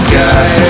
guy